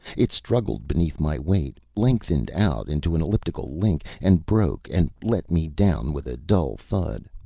it struggled beneath my weight, lengthened out into an elliptical link, and broke, and let me down with a dull thud.